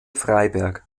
freiberg